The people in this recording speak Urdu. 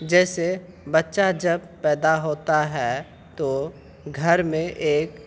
جیسے بچہ جب پیدا ہوتا ہے تو گھر میں ایک